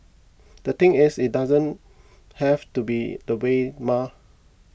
the thing is it doesn't have to be that way mah